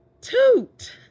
Toot